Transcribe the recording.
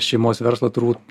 šeimos verslą turbūt